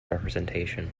representation